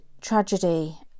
tragedy